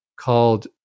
called